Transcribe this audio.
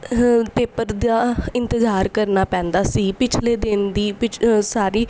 paper ਦਾ ਇੰਤਜ਼ਾਰ ਕਰਨਾ ਪੈਂਦਾ ਸੀ ਪਿਛਲੇ ਦਿਨ ਦੀ ਪਿਛ ਸਾਰੀ